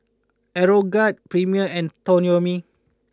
Aeroguard Premier and Toyomi